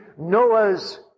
Noah's